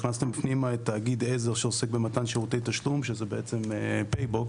הכנסתם פנימה את תאגיד עזר שעוסק במתן שירותי תשלום ,שזה בעצם פייבוקס,